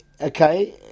okay